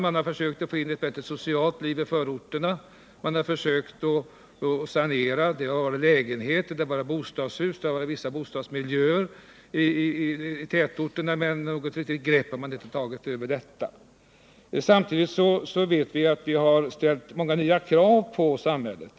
a. har man försökt få in ett bättre socialt liv i förorterna och försökt sanera lägenheter, bostadshus och vissa bostadsmiljöer i tätorterna. Men något riktigt grepp över det hela har man inte tagit. Samtidigt har vi ställt många nya krav på samhället.